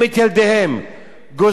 גוזלים להם את התינוקות,